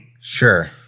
Sure